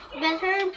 better